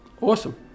Awesome